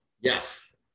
Yes